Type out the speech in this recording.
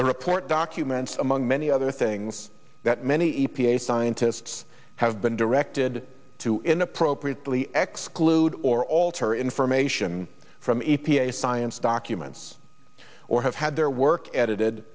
the report documents among many other things that many e p a scientists have been directed to inappropriate glee x clued or alter information from e p a science documents or have had their work edited